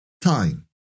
time